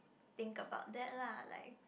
think about that lah like